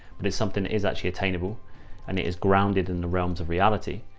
but it's something is actually attainable and it is grounded in the realms of reality.